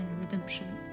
redemption